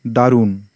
দারুণ